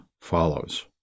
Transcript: follows